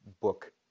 book